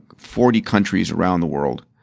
forty countries around the world.